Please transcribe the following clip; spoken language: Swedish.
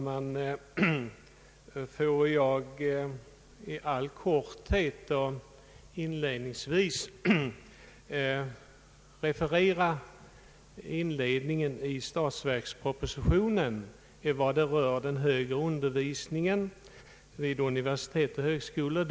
Herr talman! I all korthet vill jag till att börja med referera inledningen i statsverkspropositionen om den högre undervisningen vid universitet och högskolor.